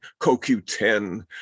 CoQ10